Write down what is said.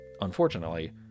Unfortunately